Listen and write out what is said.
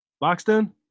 Boxton